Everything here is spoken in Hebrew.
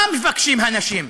מה מבקשים האנשים?